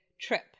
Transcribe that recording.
trip